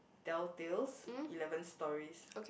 Tell Tales Eleven Stories